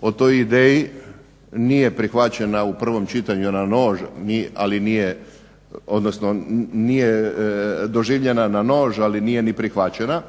o toj ideji, nije prihvaćena u prvom čitanju na nož, ali nije, odnosno nije doživljena na nož, ali nije ni prihvaćena.